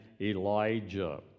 Elijah